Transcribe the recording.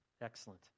excellent